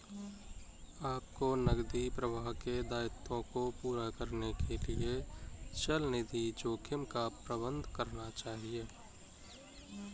आपको नकदी प्रवाह के दायित्वों को पूरा करने के लिए चलनिधि जोखिम का प्रबंधन करना चाहिए